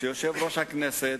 שיושב-ראש הכנסת,